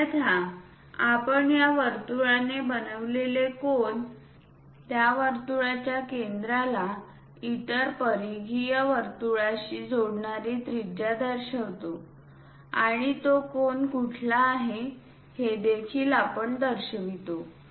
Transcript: अन्यथा आपण त्या वर्तुळाने बनविलेले कोन त्या वर्तुळाच्या केंद्राला इतर परिघीय वर्तुळांशी जोडणारी त्रिज्या दर्शवितो आणि तो कोन कुठला आहे हे देखील आपण दर्शवतो